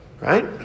Right